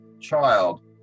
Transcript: child